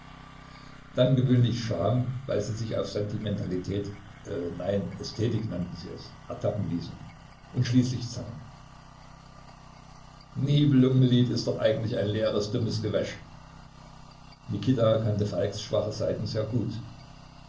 dann gewöhnlich scham weil sie sich auf sentimentalität nein ästhetik nannten sie es ertappen ließen und schließlich zank nibelungenlied ist doch eigentlich ein leeres dummes gewäsch mikita kannte falks schwache seiten sehr gut